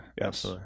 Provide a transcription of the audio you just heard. Yes